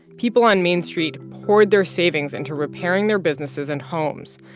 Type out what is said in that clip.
people on main street poured their savings into repairing their businesses and homes.